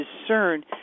discern